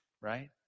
right